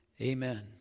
Amen